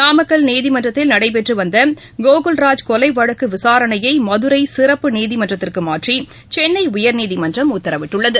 நாமக்கல் நீதிமன்றத்தில் நடைபெற்று வந்த கோகுவ்ராஜ் கொலை வழக்கு விசாரணையை மதுரை சிறப்பு நீதிமன்றத்திற்கு மாற்றி சென்னை உயர்நீதிமன்றம் உத்தரவிட்டுள்ளது